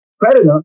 predator